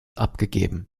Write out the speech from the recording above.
abgegeben